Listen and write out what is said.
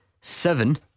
Seven